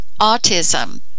autism